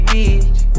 Beach